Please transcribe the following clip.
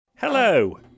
Hello